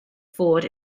forward